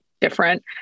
different